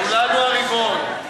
כולנו הריבון.